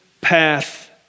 path